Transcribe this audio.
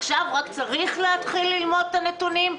עכשיו רק צריך להתחיל ללמוד את הנתונים?